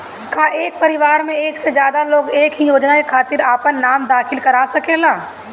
का एक परिवार में एक से ज्यादा लोग एक ही योजना के खातिर आपन नाम दाखिल करा सकेला?